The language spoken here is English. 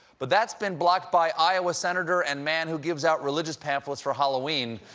but that's been blocked by iowa senator and man who gives out religious pamphlets for halloween,